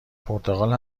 پرتغال